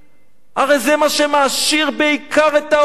הרי זה מה שמעשיר את האוצר בעיקר,